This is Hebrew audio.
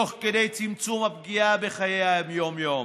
תוך כדי צמצום הפגיעה בחיי היום-יום.